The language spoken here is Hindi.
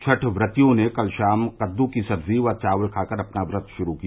छठ प्रतियों ने कल शाम करू की सब्जी व चावल खाकर अपना व्रत युरू किया